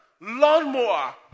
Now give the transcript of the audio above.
Lawnmower